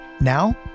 Now